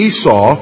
Esau